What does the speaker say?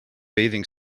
bathing